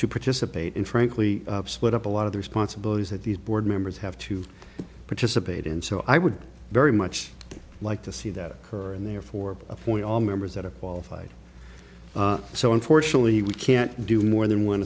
to participate in frankly split up a lot of the responsibilities that these board members have to participate in so i would very much like to see that her and therefore appoint all members that are qualified so unfortunately we can't do more than one